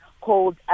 called